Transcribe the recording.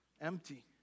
Empty